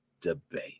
debate